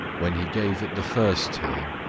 when he gave it the first time,